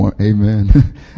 Amen